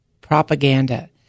propaganda